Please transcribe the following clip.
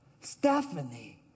Stephanie